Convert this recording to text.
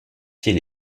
pied